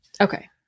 Okay